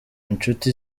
inshuti